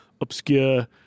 obscure